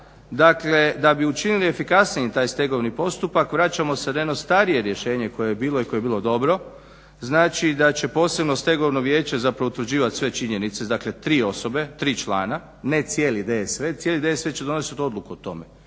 Dakle, da bi učinili efikasnijim taj stegovni postupak vraćamo se na jedno starije rješenje koje je bilo i koje je bilo dobro, znači da će posebno stegovno vijeće zapravo utvrđivati sve činjenice, dakle tri osobe, tri člana ne cijeli DSV. Cijeli DSV će donositi odluku o tome.